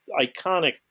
iconic